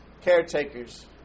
Caretakers